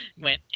went